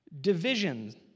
divisions